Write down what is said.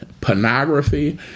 pornography